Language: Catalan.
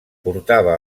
portava